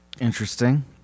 interesting